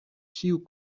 ĉiu